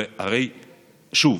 שוב,